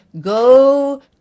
go